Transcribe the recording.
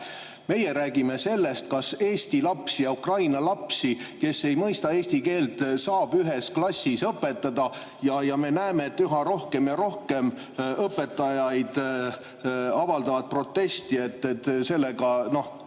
Meie räägime sellest, kas eesti lapsi ja ukraina lapsi, kes ei mõista eesti keelt, saab ühes klassis õpetada. Me näeme, et üha rohkem ja rohkem õpetajaid avaldab protesti, et sellega läheb